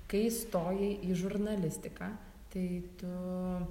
kai stojai į žurnalistiką tai tu